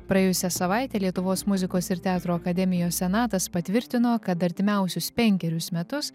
praėjusią savaitę lietuvos muzikos ir teatro akademijos senatas patvirtino kad artimiausius penkerius metus